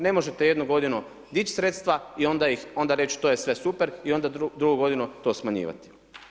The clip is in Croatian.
Ne možete jednu godinu dić' sredstva, i onda ih, onda reći to je sve super, i onda drugu godinu to smanjivati.